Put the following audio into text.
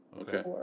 Okay